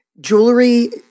jewelry